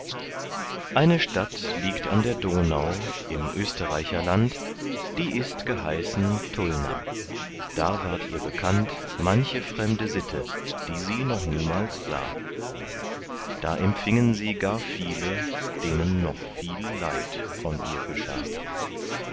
eine stadt liegt an der donau im österreicherland die ist geheißen tulna da ward ihr bekannt manche fremde sitte die sie noch niemals sah da empfingen sie gar viele denen noch leid von ihr geschah